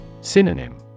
Synonym